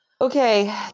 Okay